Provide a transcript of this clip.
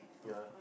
ya